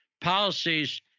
policies